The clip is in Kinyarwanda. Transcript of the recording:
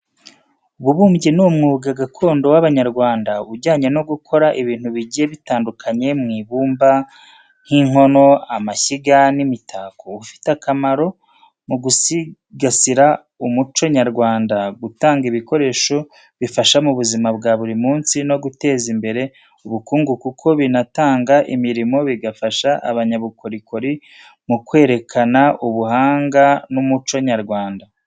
Ububumbyi ni umwuga gakondo w’Abanyarwanda ujyanye no gukora ibintu bigiye bitandukanye mu ibumba, nk’inkono, amashyiga, n’imitako. Ufite akamaro mu gusigasira umuco nyarwanda, gutanga ibikoresho bifasha mu buzima bwa buri munsi, no guteza imbere ubukungu kuko binatanga imirimo, bigafasha abanyabukorikori mu kwerekana ubuhanga n’umuco nyarwanda.